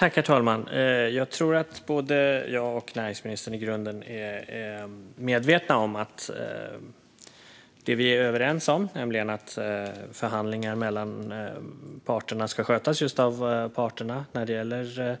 Herr talman! Jag tror att både jag och näringsministern i grunden är medvetna om det vi är överens om, nämligen att förhandlingar mellan parterna ska skötas just av parterna, när det gäller